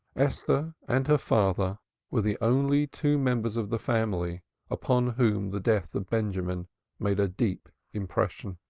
esther and her father were the only two members of the family upon whom the death of benjamin made a deep impression.